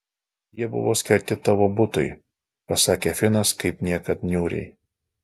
jie buvo skirti tavo butui pasakė finas kaip niekad niūriai